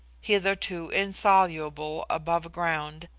hitherto insoluble above ground,